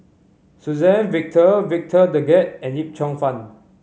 Suzann Victor Victor Doggett and Yip Cheong Fun